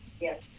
Yes